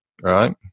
right